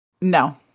No